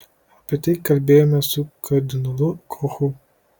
apie tai kalbėjome su kardinolu kochu